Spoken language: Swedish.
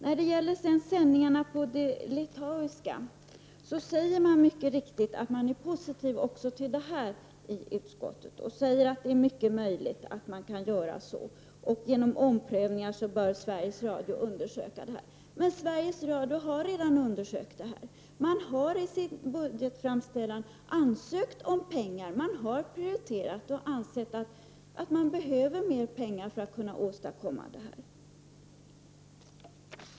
När det sedan gäller radiosändningarna på litauiska säger utskottsmajoriteten mycket riktigt att man är positiv också till detta, och man säger att det är mycket möjligt att sådana sändningar kan ske. Sveriges Radio bör undersöka om man kan göra omprövningar. Men Sveriges Radio har redan undersökt detta. Man har i sin budgetframställan ansökt om pengar. Man har prioriterat detta, men ansett att man behöver mer pengar för att kunna åstadkomma sändningar.